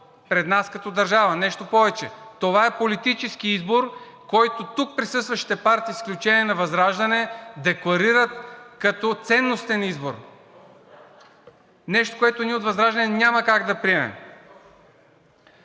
пред нас като държава. Нещо повече, това е политически избор, който тук присъстващите партии, с изключение на ВЪЗРАЖДАНЕ декларират като ценностен избор. Нещо, което ние от ВЪЗРАЖДАНЕ няма как да приемем.